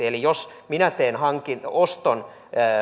eli jos minä teen oston